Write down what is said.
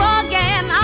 again